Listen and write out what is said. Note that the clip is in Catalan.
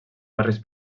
barris